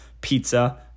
pizza